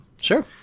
Sure